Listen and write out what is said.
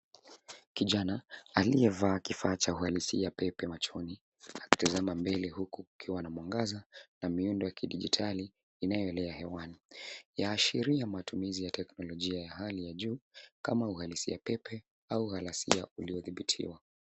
Kijana aliyevaa kifaa cha uhalisia pepe machoni akitazama mbele huku kukiwa na mwangaza na miundo ya kidigitali inayolia hewani. Yaashiria matumizi ya teknolojia ya hali ya juu kama uhalisi ya pepe au halisia iliyodhibitiwa.